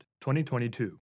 2022